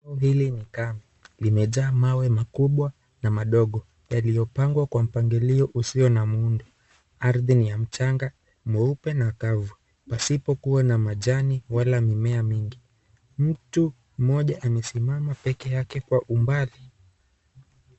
Hili ni kambi limejaa mawe makubwa na madogo yaliyopangwa kwa mpangilio usio na muundo. Ardi ni ya mchanga mweupe na kavu pasipokuwa na majani wala mimea mingi. Mtu mmoja amesimama pekee yake kwa umbali.